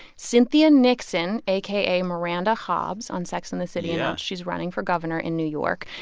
cynthia nixon, aka miranda hobbes on sex and the city. yeah. she's running for governor in new york.